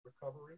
Recovery